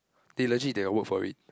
they legit they will work for it